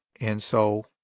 and so